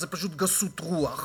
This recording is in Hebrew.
זו פשוט גסות רוח